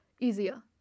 easier